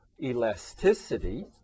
elasticity